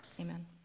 Amen